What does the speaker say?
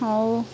ହଉ